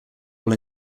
will